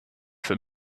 für